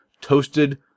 toasted